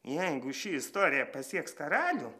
jeigu ši istorija pasieks karalių